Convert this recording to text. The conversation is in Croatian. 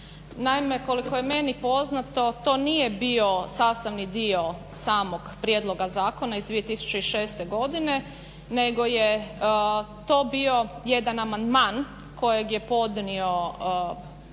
Naime, koliko je meni poznato to nije bio sastavni dio samog prijedloga zakona iz 2006.nego je to bio jedan amandman koji je podnio jedan